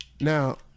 Now